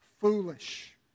foolish